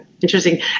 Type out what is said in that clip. Interesting